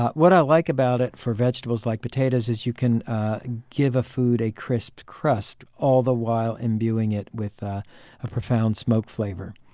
what i like about it, for vegetables like potatoes, is you can give a food a crisp crust, all the while imbuing it with ah a profound smoke flavor